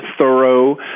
thorough